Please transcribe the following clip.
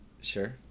Sure